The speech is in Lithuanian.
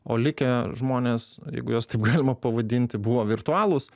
o likę žmonės jeigu juos taip galima pavadinti buvo virtualūs